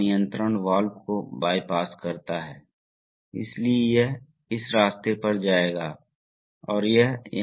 तो अब यह अपनी सेटिंग से संचालित होता है इसलिए अब इस सिस्टम में वाल्व C की सेटिंग से ही दबाव सीमित हो जाता है